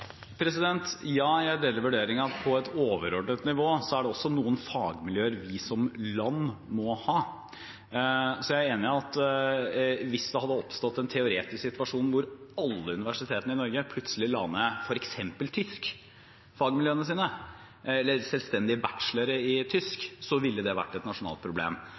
Ja, jeg deler vurderingen på et overordnet nivå. Det er noen fagmiljøer vi som land må ha. Jeg er enig i at hvis det hadde oppstått en teoretisk situasjon hvor alle universitetene i Norge plutselig la ned f.eks. tysk-fagmiljøene sine eller selvstendige bachelorer i tysk, ville det vært et nasjonalt problem.